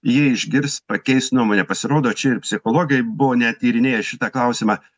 jie išgirs pakeis nuomonę pasirodo čia ir psichologai buvo net tyrinėję šitą klausimą